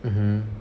mmhmm